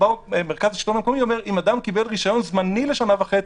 באו מרכז השלטון המקומי ואומרים: אם אדם קיבל רישיון זמני לשנה וחצי,